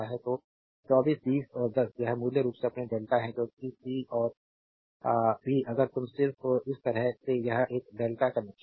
तो 24 20 और 10 यह मूल रूप से अपने डेल्टा है क्योंकि सी और बी अगर तुम सिर्फ इस तरह से यह एक डेल्टा कनेक्शन है